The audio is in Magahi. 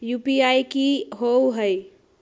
यू.पी.आई कि होअ हई?